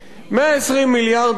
120 מיליארד האלה,